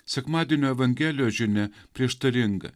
sekmadienio evangelijos žinia prieštaringa